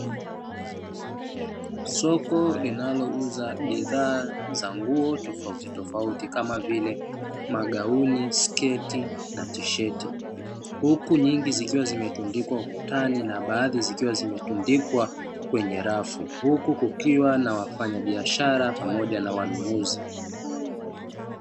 Soko linalouza bidhaa za nguo tofauti tofauti, kama vile; magauni, sketi na tisheti, huku nyingi zikiwa zimetundikwa ukutani na baadhi zikiwa zimetundikwa kwenye rafu, huku kukiwa na wafanyabiashara pamoja na wanunuzi.